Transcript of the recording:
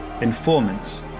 Informants